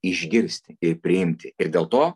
išgirsti ir priimti ir dėl to